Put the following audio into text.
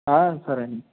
సరే అండి